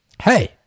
Hey